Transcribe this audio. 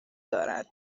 دارد